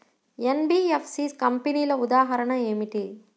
NBFC కంపెనీల ఉదాహరణ ఏమిటి?